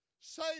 Say